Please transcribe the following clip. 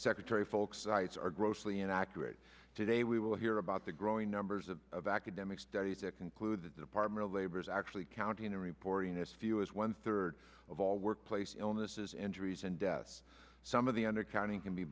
secretary folk sites are grossly inaccurate today we will hear about the growing numbers of of academic study to conclude the department of labor is actually counting the reporting as few as one third of all workplace illnesses injuries and deaths some of the an accounting can be